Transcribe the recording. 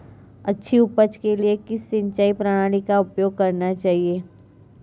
अच्छी उपज के लिए किस सिंचाई प्रणाली का उपयोग करना चाहिए?